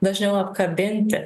dažniau apkabinti